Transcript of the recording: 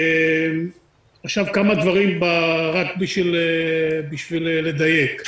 כמה דברים רק בשביל לדייק: